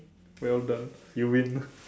well done you win